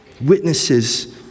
Witnesses